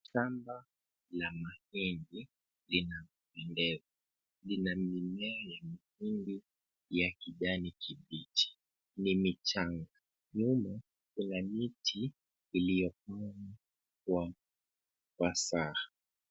Shamba la mahindi linapendeza. Lina mimea ya mahindi ya kijani kibichi, ni michanga. Nyuma kuna miti iliyopandwa kwa ufasaha.